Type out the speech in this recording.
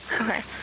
Okay